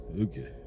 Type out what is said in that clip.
Okay